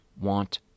want